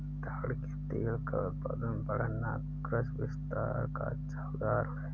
ताड़ के तेल का उत्पादन बढ़ना कृषि विस्तार का अच्छा उदाहरण है